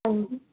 ਹਾਂਜੀ